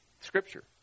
Scripture